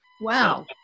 Wow